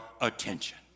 attention